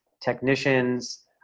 technicians